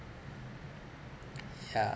yeah